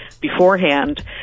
Beforehand